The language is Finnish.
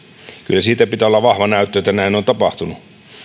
siitä pitää olla vahva näyttö että näin on tapahtunut